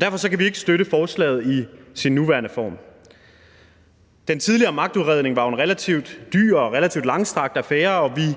Derfor kan vi ikke støtte forslaget i dets nuværende form. Den tidligere magtudredning var jo en relativt dyr og relativt langstrakt affære, og vi